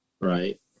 right